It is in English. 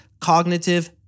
Cognitive